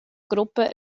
gruppa